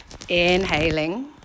Inhaling